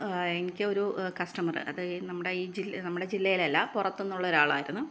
എനിക്ക് ഒരു കസ്റ്റമർ അത് നമ്മുടെ ഈ ജില് നമ്മള ജില്ലയിലല്ലാ പുറത്തുള്ള ഒരാളായിരുന്നു